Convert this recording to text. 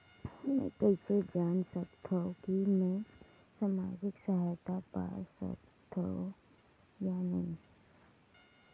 मै कइसे जान सकथव कि मैं समाजिक सहायता पा सकथव या नहीं?